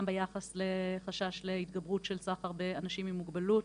גם ביחס לחשש להתגברות בסחר באנשים עם מוגבלות,